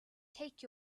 take